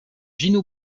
gino